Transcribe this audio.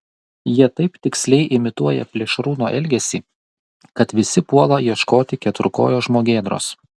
jie taip tiksliai imituoja plėšrūno elgesį kad visi puola ieškoti keturkojo žmogėdros